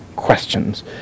questions